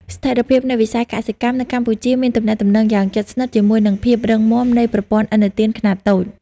ស្ថិរភាពនៃវិស័យកសិកម្មនៅកម្ពុជាមានទំនាក់ទំនងយ៉ាងជិតស្និទ្ធជាមួយនឹងភាពរឹងមាំនៃប្រព័ន្ធឥណទានខ្នាតតូច។